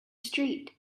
street